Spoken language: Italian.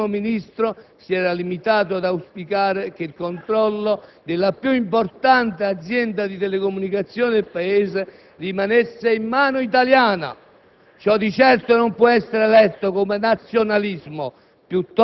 *partnership* strategica con il gruppo Murdoch, il Primo ministro si era limitato ad auspicare che il controllo della più importante azienda di telecomunicazione del Paese rimanesse in mano italiana.